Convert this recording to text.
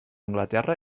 anglaterra